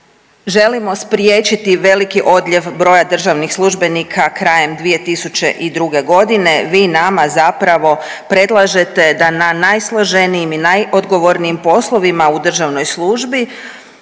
želimo spriječiti veliki odljev broja državnih službenika krajem 2002. godine. Vi nama zapravo predlažete da na najsloženijim i najodgovornijim poslovima u državnoj službi